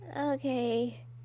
Okay